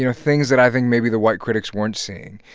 you know things that i think maybe the white critics weren't seeing.